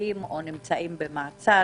נשפטים או נמצאים במעצר,